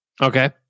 Okay